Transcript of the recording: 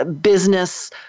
business